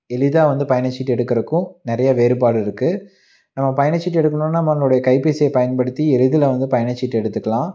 எளிதாக வந்து பயணச்சீட்டு எடுக்கிறதுக்கும் நிறையா வேறுபாடு இருக்குது நம்ம பயணச்சீட்டு எடுக்கணுன்னால் நம்மளுடைய கைபேசியை பயன்படுத்தி எளிதில் வந்து பயணச்சீட்டு எடுத்துக்கலாம்